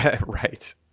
Right